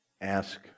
ask